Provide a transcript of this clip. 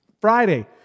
Friday